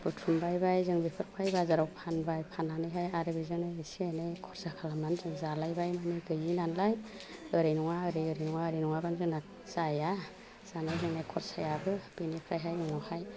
बुथुमबायबाय जों बेफोरखौहाय बाजाराव फानबाय फनानैहाय आरो बेजोंनो एसे एनै खरसा खालामनानै जों जालायबाय मानि गैयै नालाय ओरै नङा ओरै ओरै नङा ओरै नङाबानो जोंना जाया जानाय लोंनाय खरसायाबो बिनिफ्राइहाय न'आवहाय